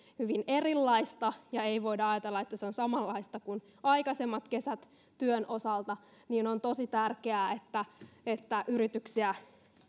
hyvin erilainen ja ei voida ajatella että se on samanlainen kuin aikaisemmat kesät työn osalta on tosi tärkeää että että yrityksiä